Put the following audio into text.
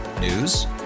News